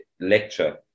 lecture